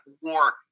War